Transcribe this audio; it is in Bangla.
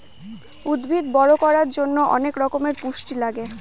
উদ্ভিদ বড়ো করার জন্য অনেক রকমের পুষ্টি লাগে